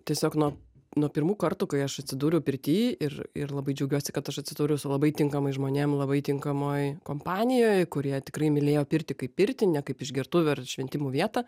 tiesiog nuo nuo pirmų kartų kai aš atsidūriau pirty ir ir labai džiaugiuosi kad aš atsidūriau su labai tinkamais žmonėm labai tinkamoj kompanijoj kurie tikrai mylėjo pirtį kaip pirtį ne kaip išgertuvių ir šventimo vietą